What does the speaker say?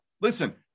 listen